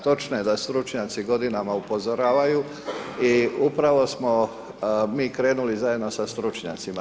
Točno je da stručnjaci godinama upozoravaju i upravo smo mi krenuli zajedno sa stručnjacima.